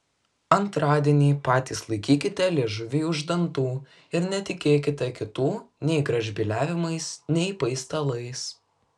antradienį patys laikykite liežuvį už dantų ir netikėkite kitų nei gražbyliavimais nei paistalais